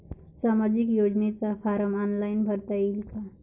सामाजिक योजनेचा form online भरता येईन का?